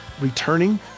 returning